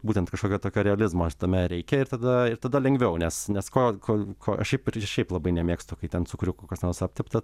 būtent kažkokio tokio realizmo šitame reikia ir tada ir tada lengviau nes nes ko ko ko aš šiaip ir šiaip labai nemėgstu kai ten cukriuku kas nors aptepta